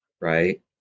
Right